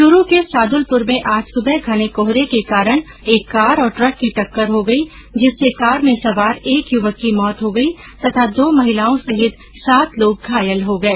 च्रू के सादुलपुर में आज सुबह घने कोहरे के कारण एक कार और ट्रक की टक्कर हो गई जिससे कार में सवार एक युवक की मौत हो गई तथा दो महिलाओं सहित सात लोग घायल हो गए